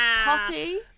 Poppy